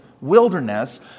wilderness